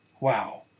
Wow